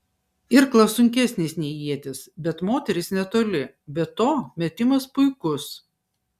irklas sunkesnis nei ietis bet moteris netoli be to metimas puikus